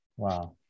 Wow